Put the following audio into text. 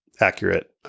accurate